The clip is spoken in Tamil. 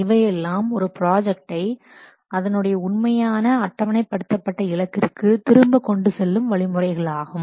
இவையெல்லாம் ஒரு பிராஜக்ட்டை அதனுடைய உண்மையான அட்டவணைப்படுத்தப்பட்ட இலக்கிற்கு திரும்பக் கொண்டு செல்லும் வழிமுறைகளாகும்